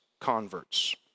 converts